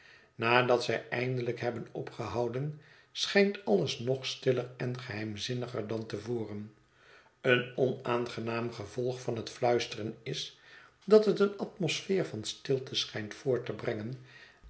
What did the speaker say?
nadat zij eindelijk hebhen opgehouden schijnt alles nog stiller en geheimzinniger dan te voren een onaangenaam gevolg van het fluisteren is dat het een atmospheer van stilte schijnt voort te brengen